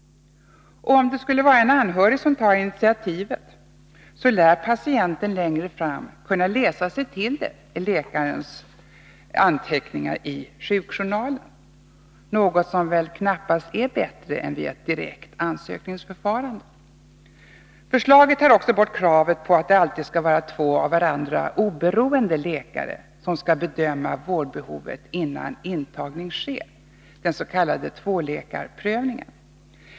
Och om det skulle vara en anhörig som tar initiativet, lär patienten längre fram kunna läsa sig till det i läkarens anteckningar i sjukjournalen, något som knappast är bättre än ett direkt ansökningsförfarande. Förslaget tar också bort kravet på att det alltid skall vara två av varandra oberoende läkare som skall bedöma vårdbehovet innan tvångsintagning sker, den s.k. tvåläkarprövningen.